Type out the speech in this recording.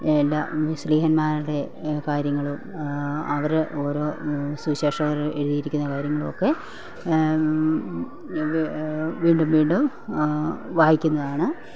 എല്ലാ സ്ലീഹന്മാരുടെ കാര്യങ്ങളും അവര് ഓരോ സുവിശേഷകര് എഴുതിയിരിക്കുന്ന കാര്യങ്ങളും ഒക്കെ ഇവ വീണ്ടും വീണ്ടും വായിക്കുന്നതാണ്